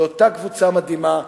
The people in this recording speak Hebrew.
לאותה קבוצה מדהימה.